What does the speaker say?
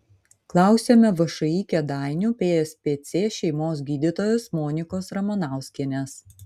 klausiame všį kėdainių pspc šeimos gydytojos monikos ramanauskienės